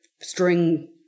string